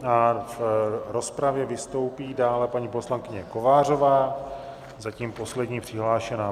V rozpravě vystoupí dále paní poslankyně Kovářová, zatím poslední přihlášená.